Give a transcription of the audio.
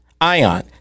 ion